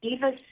Eva